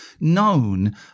known